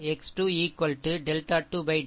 x 2 delta 2 delta